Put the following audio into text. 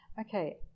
Okay